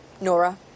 Nora